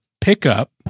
pickup